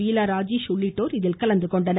பீலா ராஜேஷ் உள்ளிட்டோர் கலந்துகொண்டனர்